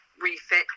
refit